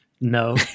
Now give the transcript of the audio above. no